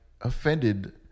Offended